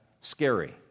scary